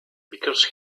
because